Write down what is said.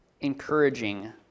encouraging